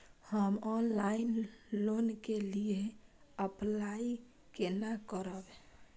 हम online loan के लिए अप्लाई केना करब?